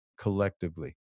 collectively